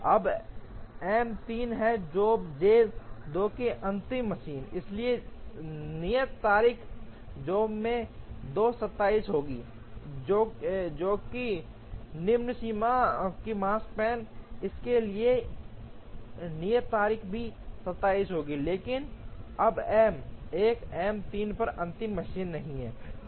अब एम 3 है job J 2 के लिए अंतिम मशीन इसलिए नियत तारीख जॉब जे 2 27 होगी जो कि निम्न सीमा है माकस्पैन इसके लिए नियत तारीख भी 27 होगी लेकिन अब एम 1 एम 3 पर अंतिम मशीन नहीं है